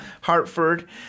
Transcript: Hartford